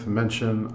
mention